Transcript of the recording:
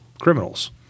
criminals